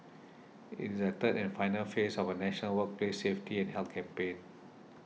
it is the third and final phase of a national workplace safety and health campaign